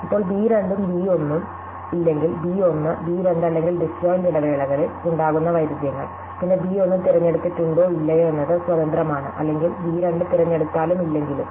ഇപ്പോൾ ബി 2 ഉം ബി 1 ഉം ഇല്ലെങ്കിൽ ബി 1 ബി 2 അല്ലെങ്കിൽ ഡിസ്ജോയിന്റ് ഇടവേളകളിൽ ഉണ്ടാകുന്ന വൈരുദ്ധ്യങ്ങൾ പിന്നെ ബി 1 തിരഞ്ഞെടുത്തിട്ടുണ്ടോ ഇല്ലയോ എന്നത് സ്വതന്ത്രമാണ് അല്ലെങ്കിൽ ബി 2 തിരഞ്ഞെടുത്താലും ഇല്ലെങ്കിലും